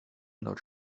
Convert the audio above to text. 听到